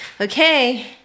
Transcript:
okay